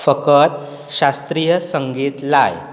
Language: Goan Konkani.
फकत शास्त्रीय संगीत लाय